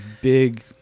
big